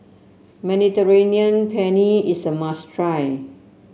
Mediterranean Penne is a must try